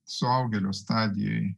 suaugėlio stadijoj